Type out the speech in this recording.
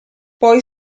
poi